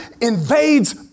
invades